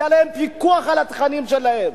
שיהיה להם פיקוח על התכנים שלהם,